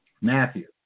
Matthew